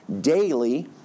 daily